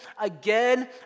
again